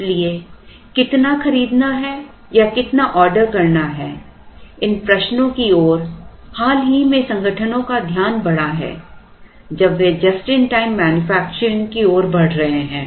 इसलिए कितना खरीदना है या कितना ऑर्डर करना है इन प्रश्नों की ओर हाल ही में संगठनों का ध्यान बढ़ा है जब वे जस्ट इन टाइम मैन्युफैक्चरिंग की ओर बढ़ रहे है